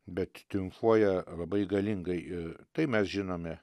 bet triumfuoja labai galingai ir tai mes žinome